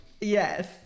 Yes